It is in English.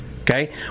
Okay